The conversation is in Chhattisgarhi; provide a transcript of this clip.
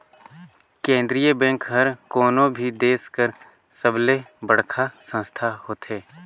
केंद्रीय बेंक हर कोनो भी देस कर सबले बड़खा संस्था होथे